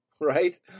right